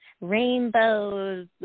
rainbows